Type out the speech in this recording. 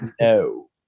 no